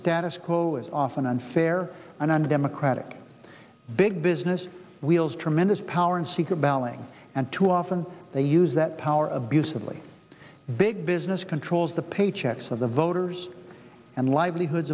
status quo is often unfair and undemocratic big business wheels tremendous power in secret balloting and too often they use that power of use of big business controls the paychecks of the voters and livelihoods